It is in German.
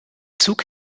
zug